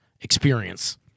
experience